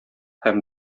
һәм